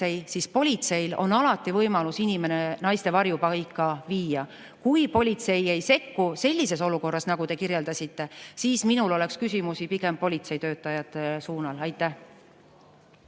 siis politseil on alati võimalus inimene naiste varjupaika viia. Kui politsei ei sekku sellises olukorras, nagu te kirjeldasite, siis minul oleks küsimusi pigem politseitöötajatele. Suur aitäh